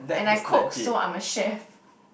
and I cook so I'm a chef